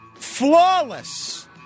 flawless